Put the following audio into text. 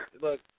look